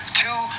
two